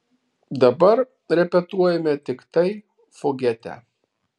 dabar repetuojame tiktai fugetę